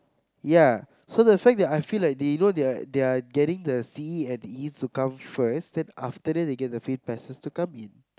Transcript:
ya so the fact that I feel like they you know they are they are getting the C and E to come first then they get the fit peses to come in